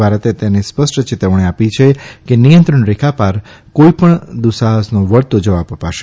ભારતે તેને સ્પષ્ટ ચેતવણી આપી છે કે નિયંત્રણ રેખા પાર કોઇપણ દુસાહતનો વળતો જવાબ અપાશે